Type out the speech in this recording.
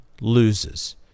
loses